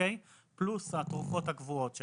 פלוס התרופות הקבועות שלי,